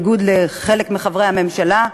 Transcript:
בניגוד לעמדת חלק מחברי הממשלה,